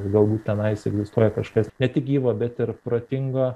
galbūt tenais egzistuoja kažkas ne tik gyvo bet ir protingo